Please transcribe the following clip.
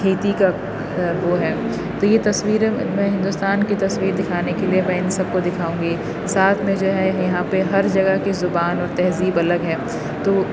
کھیتی کا وہ ہے تو یہ تصویریں میں ہندوستان کی تصویر دکھانے کے لیے میں ان سب کو دکھاؤں گی ساتھ میں جو ہے یہاں پہ ہر جگہ کی زبان اور تہذیب الگ ہے تو